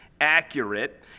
accurate